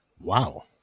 Wow